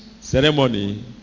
ceremony